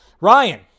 Ryan